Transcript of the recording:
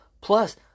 Plus